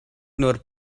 nur